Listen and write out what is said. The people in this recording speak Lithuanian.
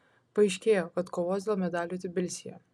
paaiškėjo kas kovos dėl medalių tbilisyje